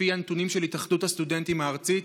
לפי הנתונים של התאחדות הסטודנטים הארצית,